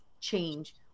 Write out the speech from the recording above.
change